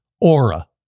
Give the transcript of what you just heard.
Aura